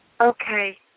Okay